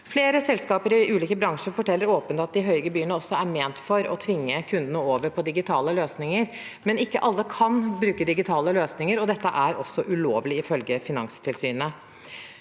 Flere selskaper i ulike bransjer forteller åpent at de høye gebyrene også er ment for å tvinge kundene over på digitale løsninger. Men ikke alle kan bruke digitale løsninger, og dette er også ulovlig, ifølge Finanstilsynet.